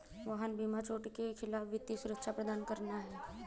वाहन बीमा चोट के खिलाफ वित्तीय सुरक्षा प्रदान करना है